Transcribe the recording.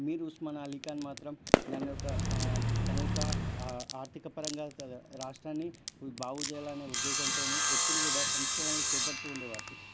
మీర్ ఉస్మాన్ అలీఖాన్ మాత్రం దాని యొక్క తన యొక్క ఆ ఆర్థికపరంగా రాష్ట్రాన్ని బాగుచేయాలనే ఉద్దేశంతోని ఎప్పుడు కూడా సంస్కరణలు చేపడుతూ ఉండేవారు